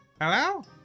hello